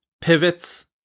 pivots